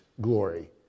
glory